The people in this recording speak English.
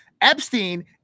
Epstein